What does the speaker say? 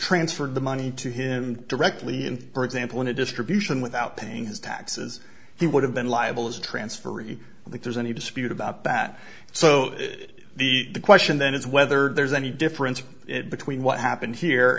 transferred the money to him directly and for example in a distribution without paying his taxes he would have been liable as transferee i think there's any dispute about that so the question then is whether there's any difference between what happened here